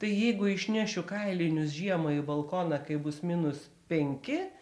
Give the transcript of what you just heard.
tai jeigu išnešiu kailinius žiemą į balkoną kai bus minus penki